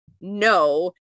no